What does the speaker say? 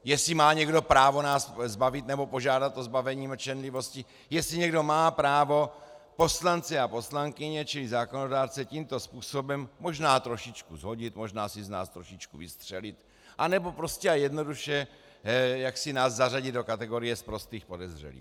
Jestli má někdo právo nás zbavit, nebo požádat o zbavení mlčenlivosti, jestli má někdo právo poslance a poslankyně, čili zákonodárce, tímto způsobem možná trošičku shodit, možná si z nás trošičku vystřelit, anebo prostě a jednoduše nás zařadit do kategorie sprostých podezřelých.